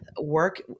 work